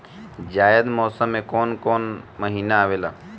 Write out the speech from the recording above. जायद मौसम में कौन कउन कउन महीना आवेला?